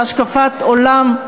והשקפת עולם,